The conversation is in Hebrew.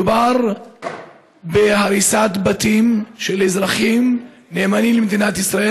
מדובר בהריסת בתים של אזרחים נאמנים למדינת ישראל,